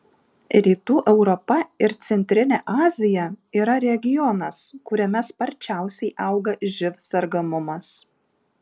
rytų europa ir centrinė azija yra regionas kuriame sparčiausiai auga živ sergamumas